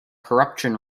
corruption